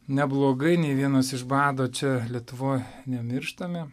neblogai nei vienas iš bado čia lietuvoj nemirštame